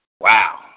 Wow